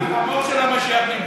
זה אפילו לא הגידול הטבעי.